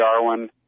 Darwin